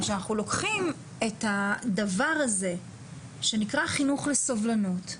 או שאנחנו לוקחים את הדבר הזה שנקרא חינוך לסובלנות,